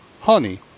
honey